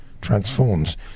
transforms